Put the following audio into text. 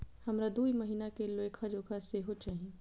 हमरा दूय महीना के लेखा जोखा सेहो चाही